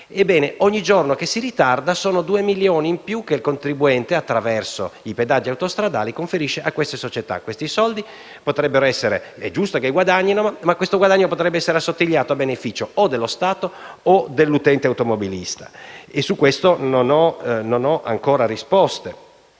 gare. Ogni giorno che si ritarda sono 2 milioni in più che il contribuente, attraverso i pedaggi autostradali, conferisce a queste società. È giusto che guadagnino, ma questo guadagno potrebbe essere assottigliato a beneficio o dello Stato o dell'utente automobilista. Su questo non ho ancora ricevuto